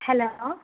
hello